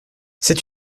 c’est